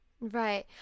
Right